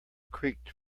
creaked